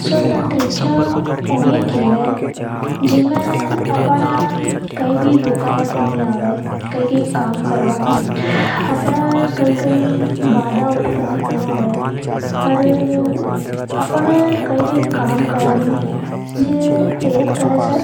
स्वतंत्र इच्छा उन ये केवहे जी में कोई रुकावट नी आवे। अपने कई कई काम करभआ में बाधा नि आवे। ऊनी ए स्वतंत्र इच्छा खेवे। एर अपन कई कई काम करा नि तो अपने मन में एक तरह से